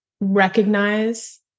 recognize